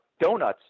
donuts